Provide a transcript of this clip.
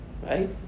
Right